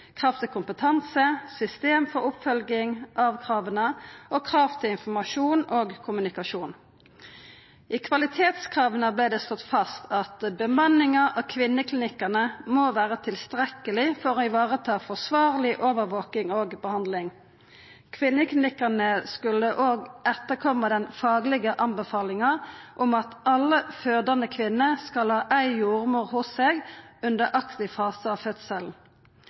kompetanse, system for oppfølging av krava og krav til informasjon og kommunikasjon. I kvalitetskrava vart det slått fast at bemanninga av kvinneklinikkane må vera tilstrekkeleg for å vareta forsvarleg overvaking og behandling. Kvinneklinikkane skulle òg etterkoma den faglege anbefalinga om at alle fødande kvinner skal ha ei jordmor hos seg under aktiv fase av fødselen.